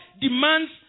demands